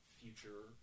future